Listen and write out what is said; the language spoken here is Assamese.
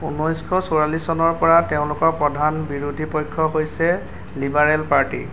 ঊনৈছশ চৌৰাল্লিছ চনৰপৰা তেওঁলোকৰ প্ৰধান বিৰোধী পক্ষ হৈছে লিবাৰেল পাৰ্টী